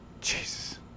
jesus